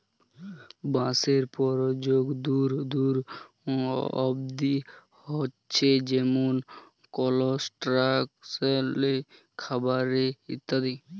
বাঁশের পরয়োগ দূর দূর অব্দি হছে যেমল কলস্ট্রাকশলে, খাবারে ইত্যাদি